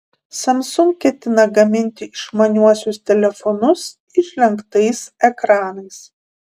samsung ketina gaminti išmaniuosius telefonus išlenktais ekranais